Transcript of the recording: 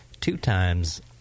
two-times